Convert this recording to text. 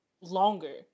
longer